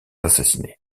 assassinés